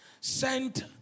sent